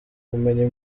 kumenya